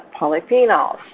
polyphenols